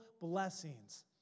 blessings